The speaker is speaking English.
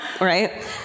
Right